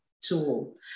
tool